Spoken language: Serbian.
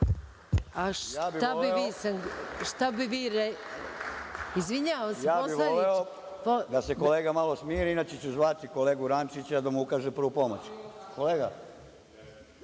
bih voleo da se kolega malo smiri, inače ću zvati kolegu Rančića da mu ukaže prvu pomoć.(Saša